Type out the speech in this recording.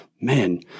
Man